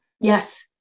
Yes